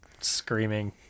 screaming